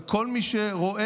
וכל מי שרואה